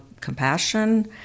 compassion